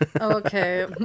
okay